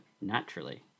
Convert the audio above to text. naturally